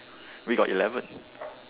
we got eleven